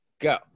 go